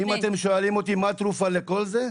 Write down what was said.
אם אתם שואלים אותי מה התרופה לכל זה,